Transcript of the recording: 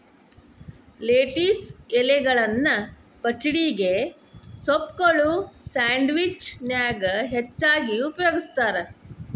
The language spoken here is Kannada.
ಲೆಟಿಸ್ ಎಲಿಗಳನ್ನ ಪಚಡಿಗೆ, ಸೂಪ್ಗಳು, ಸ್ಯಾಂಡ್ವಿಚ್ ನ್ಯಾಗ ಹೆಚ್ಚಾಗಿ ಉಪಯೋಗಸ್ತಾರ